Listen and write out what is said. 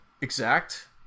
exact